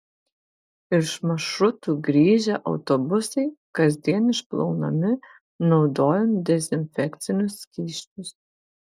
iš maršrutų grįžę autobusai kasdien išplaunami naudojant dezinfekcinius skysčius